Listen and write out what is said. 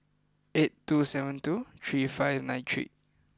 eight two seven two three five nine three